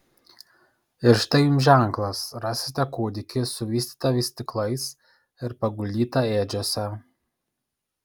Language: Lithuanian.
ir štai jums ženklas rasite kūdikį suvystytą vystyklais ir paguldytą ėdžiose